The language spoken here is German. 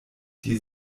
die